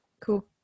Cool